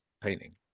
painting